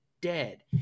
dead